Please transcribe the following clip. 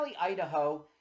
Idaho